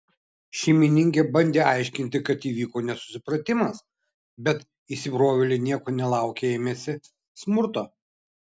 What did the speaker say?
šeimininkė bandė aiškinti kad įvyko nesusipratimas bet įsibrovėliai nieko nelaukę ėmėsi smurto